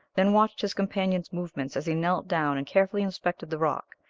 then watched his companion's movements as he knelt down and carefully inspected the rock,